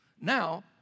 now